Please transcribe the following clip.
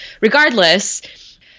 regardless